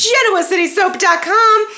GenoaCitySoap.com